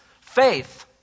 faith